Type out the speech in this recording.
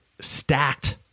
stacked